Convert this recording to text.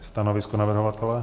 Stanovisko navrhovatele?